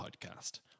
podcast